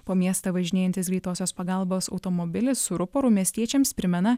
po miestą važinėjantis greitosios pagalbos automobilis su ruporu miestiečiams primena